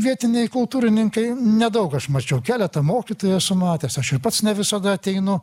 vietiniai kultūrininkai nedaug aš mačiau keletą mokytojų esu matęs aš ir pats ne visada ateinu